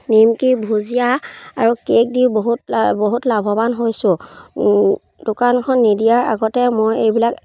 নিমকি ভুজিয়া আৰু কেক দি বহুত বহুত লাভৱান হৈছোঁ দোকানখন নিদিয়াৰ আগতে মই এইবিলাক